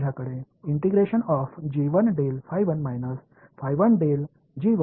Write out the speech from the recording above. அங்குதான் நான் ஒருங்கிணைத்துக்கொண்டிருந்தேன்